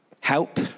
Help